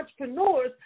entrepreneurs